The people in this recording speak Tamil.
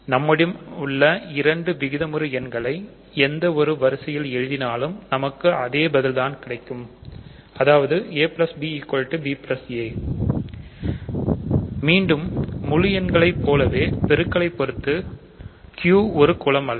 நம்மிடம் உள்ள இரண்டு விகிதமுறு எண்களை எந்த ஒரு வரிசையில் எழுதி கூட்டினாலும் நமக்கு அதே பதில் தான் கிடைக்கும் மீண்டும் முழுஎண்களை போலவே பெருக்கலை பொறுத்து Q ஒரு குலமல்ல